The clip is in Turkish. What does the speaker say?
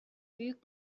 büyük